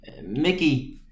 Mickey